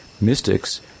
mystics